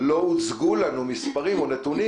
אתה גם אומר שלא הוצגו לנו מספרים ונתונים